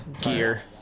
gear